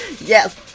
yes